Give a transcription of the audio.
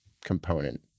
component